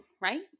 right